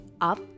up